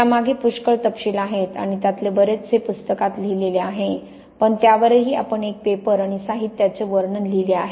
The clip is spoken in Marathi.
त्यामागे पुष्कळ तपशिल आहेत आणि त्यातले बरेचसे पुस्तकात लिहिलेले आहे पण त्यावरही आपण एक पेपर आणि साहित्याचे वर्णन लिहिले आहे